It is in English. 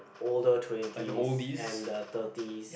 older twenties and the thirties